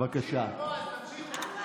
תמשיכו, בועז, תמשיכו.